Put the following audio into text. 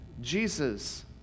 Jesus